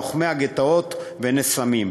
לוחמי-הגטאות ונס-עמים,